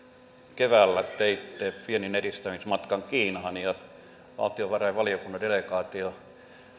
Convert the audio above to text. keväällä teitte vienninedistämismatkan kiinaan ja valtiovarainvaliokunnan delegaatiolla oli viikko